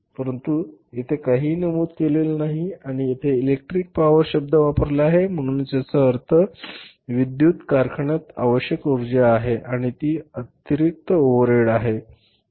परंतु येथे काहीही नमूद केलेले नाही आणि येथे इलेक्ट्रिक पॉवर शब्द वापरला आहे म्हणूनच याचा अर्थ विद्युत कारखान्यात आवश्यक उर्जा आहे आणि ती अतिरिक्त ओव्हरहेड आहे